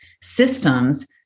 systems